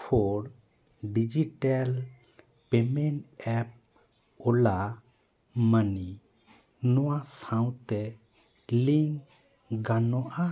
four digital payment app ᱳᱞᱟ ᱢᱟᱱᱤ ᱱᱚᱣᱟ ᱥᱟᱶᱛᱮ ᱞᱤᱝᱠ ᱜᱟᱱᱚᱜᱼᱟ